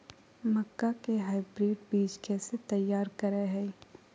मक्का के हाइब्रिड बीज कैसे तैयार करय हैय?